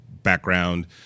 background